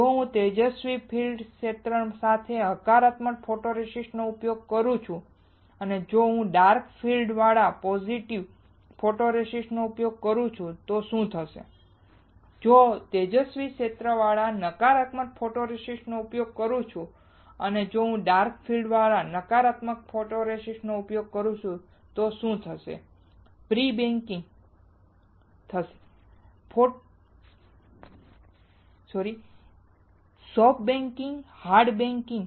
જો હું તેજસ્વી ક્ષેત્ર સાથે હકારાત્મક ફોટોરેસિસ્ટ ઉપયોગ કરું છું જો હું ડાર્ક ફીલ્ડવાળા પોઝિટિવ ફોટોરેસિસ્ટ નો ઉપયોગ કરું છું તો શું થશે જો હું તેજસ્વી ક્ષેત્રવાળા નકારાત્મક ફોટોરેસિસ્ટ નો ઉપયોગ કરું છું અને જો હું ડાર્ક ફીલ્ડવાળા નકારાત્મક ફોટોરેસિસ્ટ નો ઉપયોગ કરું છું તો શું થશે prebaking soft baking hard baking